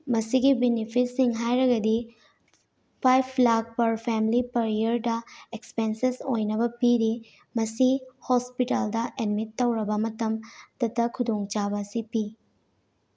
ꯃꯁꯤꯒꯤ ꯕꯤꯅꯤꯐꯤꯠꯁꯤꯡ ꯍꯥꯏꯔꯒꯗꯤ five lakh per family per ꯏꯌꯔꯗ ꯑꯦꯛꯁꯄꯦꯟꯁꯦꯁ ꯑꯣꯏꯅꯕ ꯄꯤꯔꯤ ꯃꯁꯤ ꯍꯣꯁꯄꯤꯇꯥꯜꯗ ꯑꯦꯠꯃꯤꯠ ꯇꯧꯔꯕ ꯃꯇꯝꯗꯇ ꯈꯨꯗꯣꯡꯆꯥꯕ ꯑꯁꯤ ꯄꯤ